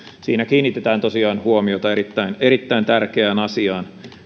kiinnitetään tosiaan huomiota erittäin erittäin tärkeään asiaan